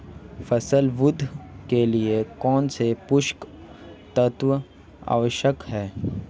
फसल वृद्धि के लिए कौनसे पोषक तत्व आवश्यक हैं?